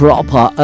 Proper